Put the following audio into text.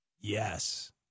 Yes